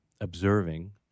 observing